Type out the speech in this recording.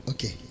Okay